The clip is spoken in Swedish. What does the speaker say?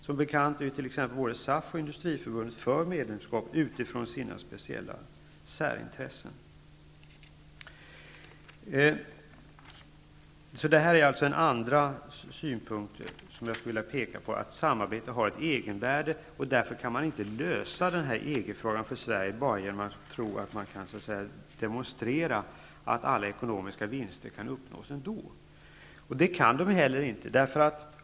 Som bekant är t.ex. både SAF och Industriförbundet för medlemskap utifrån sina speciella särintressen. Så några ord om en annan synpunkt som jag vill peka på. Det gäller alltså samarbetet, som har ett egenvärde. Därför skall man inte tro att det går att ''lösa'' EG-frågan för Sveriges del bara genom att demonstrera att alla ekonomiska vinster kan uppnås ändå. Det går inte.